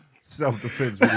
Self-defense